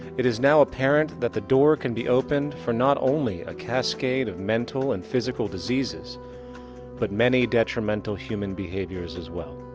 it is now apparent that the door can be opened for not only a cascade of mental and physical diseases but many detrimental human behaviors as well.